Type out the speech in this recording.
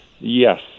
Yes